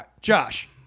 Josh